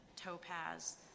topaz